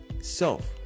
self